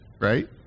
right